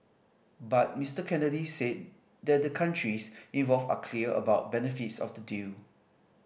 but Mr Kennedy said that the countries involved are clear about benefits of the deal